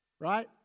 Right